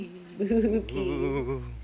Spooky